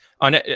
on